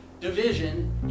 division